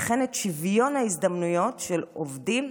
וכן את שוויון ההזדמנויות של עובדים,